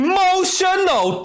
Emotional